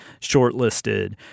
shortlisted